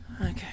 Okay